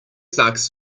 sagst